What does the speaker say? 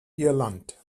irland